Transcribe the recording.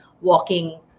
walking